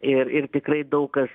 ir ir tikrai daug kas